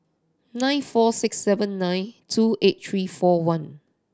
nine four six seven nine two eight three four one